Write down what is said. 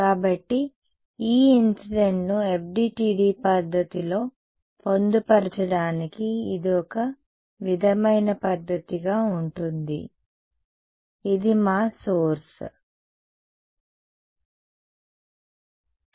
కాబట్టి E incident ను FDTD పద్ధతిలో పొందుపరచడానికి ఇది ఒక విధమైన పద్ధతిగా ఉంటుంది ఇది మా సోర్స్ సరే